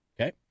Okay